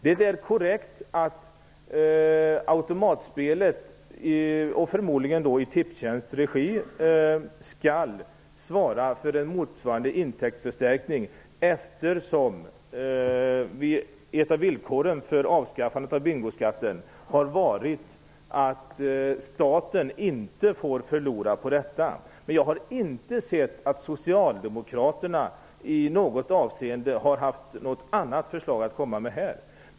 Det är korrekt att automatspelet, förmodligen då i Tipstjänsts regi, skall svara för en motsvarande intäktsförstärkning, eftersom ett av villkoren för avskaffandet av bingoskatten har varit att staten inte får förlora på detta. Jag har inte sett att Socialdemokraterna i något avseende har haft något annat förslag att komma med.